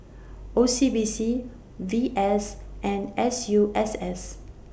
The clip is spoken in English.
O C B C V S and S U S S